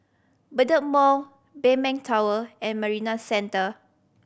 Bedok Mall Maybank Tower and Marina Centre